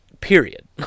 Period